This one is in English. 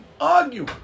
argue